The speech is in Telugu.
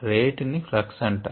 రేట్ ని ప్లక్స్ అంటారు